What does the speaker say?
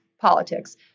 politics